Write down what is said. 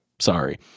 Sorry